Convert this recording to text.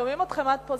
שומעים אתכם עד פה.